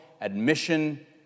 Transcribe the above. admission